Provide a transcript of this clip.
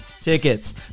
tickets